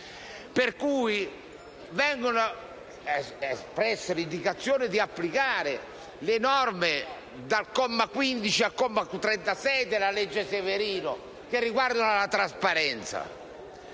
in cui è espressa l'indicazione di applicare le norme dal comma 15 al comma 36 della legge Severino che riguardano la trasparenza.